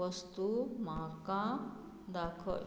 वस्तू म्हाका दाखय